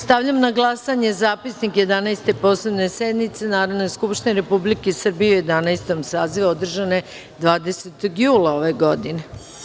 Stavljam na glasanje Zapisnik Jedanaeste posebne sednice Narodne skupštine Republike Srbije u Jedanaestom sazivu, održane 20. jula 2017. godine.